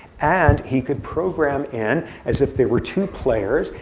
and he could program in as if there were two players.